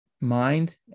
mind